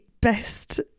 best